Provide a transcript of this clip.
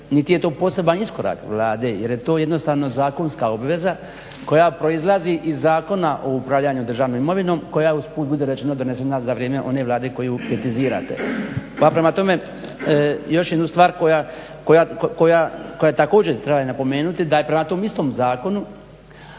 niti je to poseban iskorak Vlade, jer je to jednostavno zakonska obveza koja proizlazi iz Zakona o upravljanju državnom imovinom koja je usput budi rečeno donesena za vrijeme one Vlade koju kritizirate. Pa prema tome, još jednu stvar koja također treba je napomenuti da je prema tom istom zakonu,